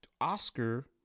Oscar